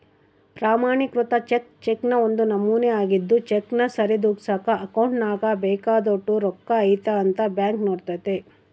ಪ್ರಮಾಣಿಕೃತ ಚೆಕ್ ಚೆಕ್ನ ಒಂದು ನಮೂನೆ ಆಗಿದ್ದು ಚೆಕ್ನ ಸರಿದೂಗ್ಸಕ ಅಕೌಂಟ್ನಾಗ ಬೇಕಾದೋಟು ರೊಕ್ಕ ಐತೆ ಅಂತ ಬ್ಯಾಂಕ್ ನೋಡ್ತತೆ